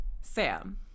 Sam